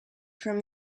from